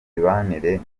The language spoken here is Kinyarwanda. mibanire